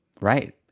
right